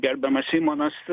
gerbiamas simonas